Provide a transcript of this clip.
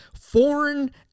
foreign